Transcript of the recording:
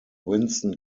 winston